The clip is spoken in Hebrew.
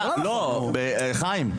חיים,